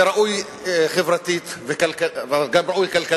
זה ראוי חברתית וגם ראוי כלכלית,